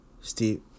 Steve